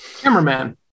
Cameraman